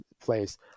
place